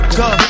go